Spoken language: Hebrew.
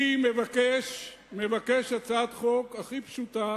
אני מבקש הצעת חוק הכי פשוטה,